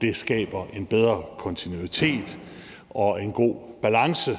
det skaber en bedre kontinuitet og en god balance,